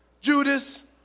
Judas